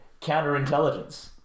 Counterintelligence